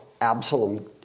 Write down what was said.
Absalom